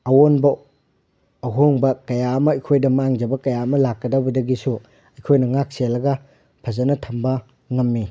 ꯑꯑꯣꯟꯕ ꯑꯍꯣꯡꯕ ꯀꯌꯥ ꯑꯃ ꯑꯩꯈꯣꯏꯗ ꯃꯥꯡꯖꯕ ꯀꯌꯥ ꯑꯃ ꯂꯥꯛꯀꯗꯕꯗꯒꯤꯁꯨ ꯑꯩꯈꯣꯏꯅ ꯉꯥꯛ ꯁꯦꯜꯂꯒ ꯐꯖꯅ ꯊꯝꯕ ꯉꯝꯃꯤ